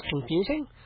confusing